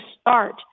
start